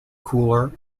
cooler